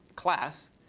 class,